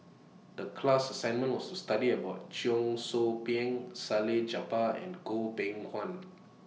The class assignment was to study about Cheong Soo Pieng Salleh Japar and Goh Beng Kwan